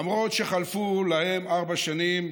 למרות שחלפו להם ארבע שנים,